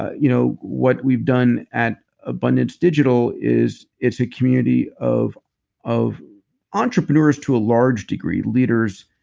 you know, what we've done at abundance digital is, it's a community of of entrepreneurs to a large degree. leaders.